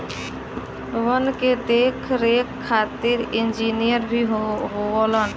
वन के देख रेख खातिर इंजिनियर भी होलन